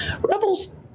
Rebels